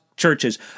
churches